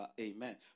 Amen